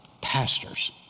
pastors